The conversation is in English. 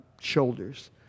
shoulders